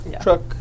Truck